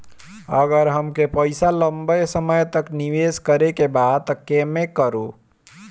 अगर हमके पईसा लंबे समय तक निवेश करेके बा त केमें करों?